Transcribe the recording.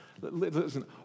Listen